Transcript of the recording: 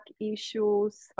issues